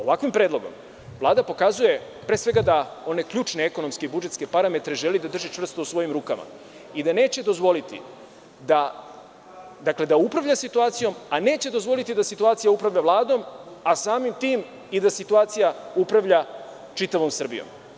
Ovakvim predlogom Vlada pokazuje da one ključne ekonomske i budžetske parametre želi da drži čvrsto u svojim rukama i da neće dozvolite da upravlja situacijom, a neće dozvoliti da situacija upravlja Vladom, a samim tim da situacija upravlja čitavom Srbijom.